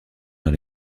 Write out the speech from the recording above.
dans